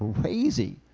crazy